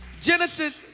Genesis